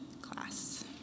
class